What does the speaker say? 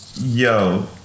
Yo